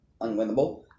unwinnable